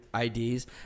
IDs